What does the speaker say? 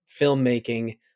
filmmaking